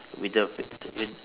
with the feet when